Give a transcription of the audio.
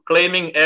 Claiming